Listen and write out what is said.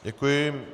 Děkuji.